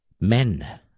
men